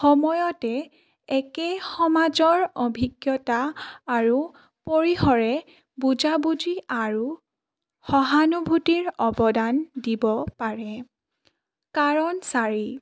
সময়তে একে সমাজৰ অভিজ্ঞতা আৰু পৰিসৰে বুজাবুজি আৰু সহানুভূতিৰ অৱদান দিব পাৰে কাৰণ চাৰি